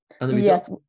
Yes